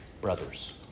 brothers